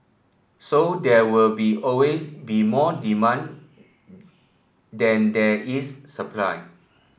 so there will be always be more demand that there is supply